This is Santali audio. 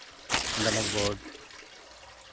black board